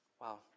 Wow